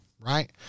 right